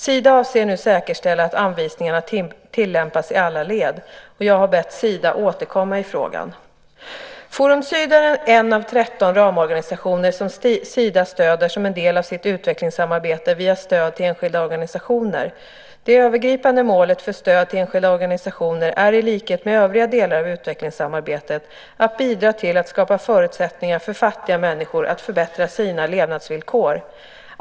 Sida avser nu säkerställa att anvisningarna tillämpas i alla led. Jag har bett Sida återkomma i frågan. Forum Syd är en av 13 ramorganisationer som Sida stöder som en del av sitt utvecklingssamarbete via stöd till enskilda organisationer. Det övergripande målet för stöd till enskilda organisationer är i likhet med övriga delar av utvecklingssamarbetet att bidra till att skapa förutsättningar för fattiga människor att förbättra sina levnadsvillkor.